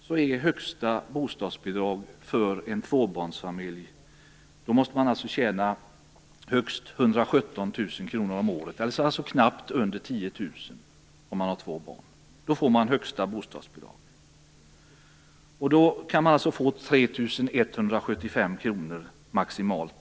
För att en tvåbarnsfamilj skall få det högsta bostadsbidraget får den tjäna högst Då får denna tvåbarnsfamilj det högsta bostadsbidraget på 3 175 kr.